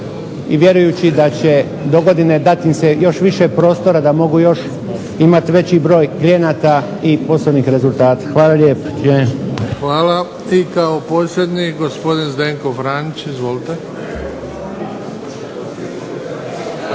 i vjerujući da će dogodine će dati im se još više prostora da mogu imati veći broj klijenata i poslovnih rezultata. Hvala lijepa. **Bebić, Luka (HDZ)** Hvala. I Kao posljednji gospodin Zdenko Franić. Izvolite.